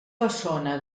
bessona